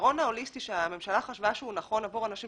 הפתרון ההוליסטי שהממשלה חשבה שהוא נכון עבור אנשים